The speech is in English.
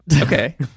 Okay